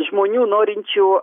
žmonių norinčių